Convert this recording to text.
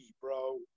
bro